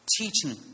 Teaching